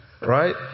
Right